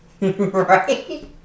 Right